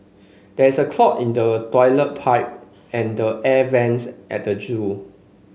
there is a clog in the toilet pipe and the air vents at the zoo